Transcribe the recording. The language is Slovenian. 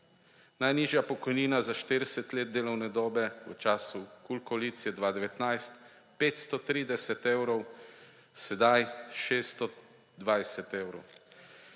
Najnižja pokojnina za 40 let delovne dobe v času KUL koalicije 2019 530 evrov, sedaj 620 evrov.